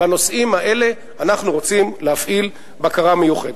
בנושאים האלה אנחנו רוצים להפעיל בקרה מיוחדת.